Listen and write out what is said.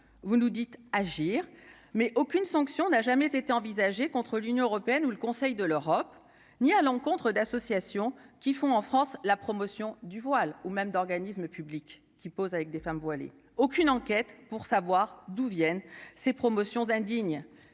vous nous dites agir mais aucune sanction n'a jamais été envisagée contre l'Union européenne ou le Conseil de l'Europe, ni à l'encontre d'associations qui font en France, la promotion du voile ou même d'organismes publics qui pose avec des femmes voilées, aucune enquête pour savoir d'où viennent ces promotions indigne,